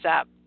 up